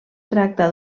tracta